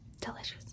Delicious